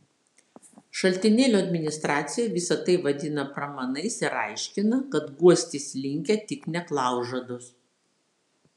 šaltinėlio administracija visa tai vadina pramanais ir aiškina kad guostis linkę tik neklaužados